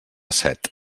set